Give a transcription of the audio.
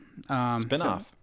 Spinoff